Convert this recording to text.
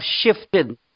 shifted